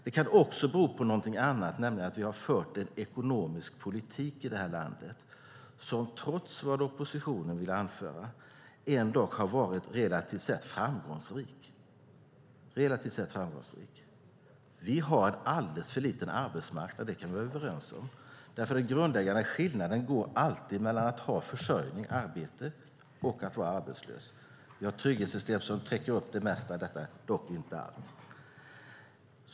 Det kan dock också bero på något annat, nämligen att vi har fört en ekonomisk politik i det här landet som trots vad oppositionen vill anföra har varit relativt sett framgångsrik. Vi har en alldeles för liten arbetsmarknad. Det kan vi vara överens om, därför att den grundläggande skillnaden går alltid mellan att ha försörjning, arbete, och att vara arbetslös. Vi har trygghetssystem som täcker upp det mesta, dock inte allt.